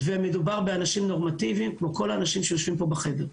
מדובר באנשים נורמטיביים כמו כל האנשים שיושבים פה בחדר.